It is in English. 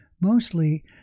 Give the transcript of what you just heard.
mostly